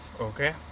Okay